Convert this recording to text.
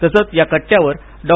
तसच या कट्यावर डॉ